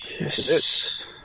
Yes